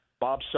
Bob